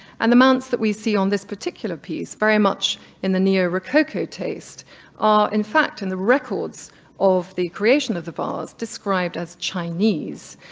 and the mounts that we see on this particular piece very much in the neo rococo taste, are in fact in the records of the creation of the vase described as chinese.